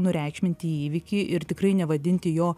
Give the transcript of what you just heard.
nureikšminti įvykį ir tikrai nevadinti jo